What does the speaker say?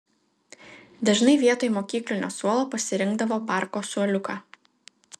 dažnai vietoj mokyklinio suolo pasirinkdavo parko suoliuką